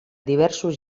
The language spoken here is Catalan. diversos